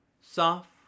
soft